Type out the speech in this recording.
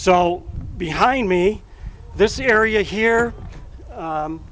so behind me this area here